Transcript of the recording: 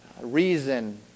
reason